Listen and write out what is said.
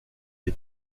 est